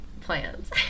plans